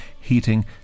heating